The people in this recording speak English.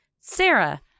Sarah